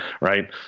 right